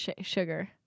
sugar